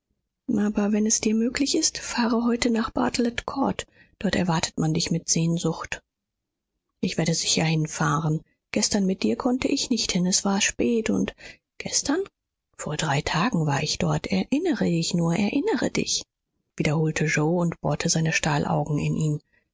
aber wenn es dir möglich ist fahre heute nach bartelet court dort erwartet man dich mit sehnsucht ich werde sicher hinfahren gestern mit dir konnte ich nicht hin es war spät und gestern vor drei tagen war ich dort erinnere dich nur erinnere dich wiederholte yoe und bohrte seine stahlaugen in ihn